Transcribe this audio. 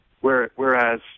whereas